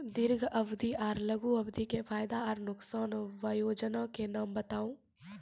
दीर्घ अवधि आर लघु अवधि के फायदा आर नुकसान? वयोजना के नाम बताऊ?